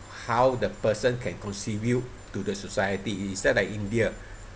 how the person can contribute to the society it just like india